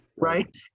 right